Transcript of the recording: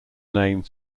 name